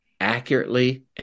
accurately